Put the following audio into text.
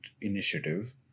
initiative